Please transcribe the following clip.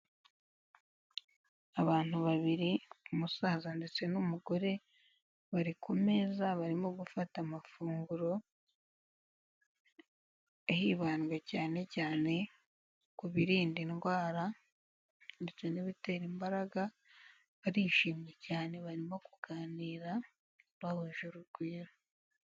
Abantu babiri umusaza ndetse n'umugore bari ku meza barimo gufata amafunguro, hibandwa cyane cyane ku birinda indwara ndetse n'ibitera imbaraga, barishimye cyane barimo kuganira bahuje urugwiro.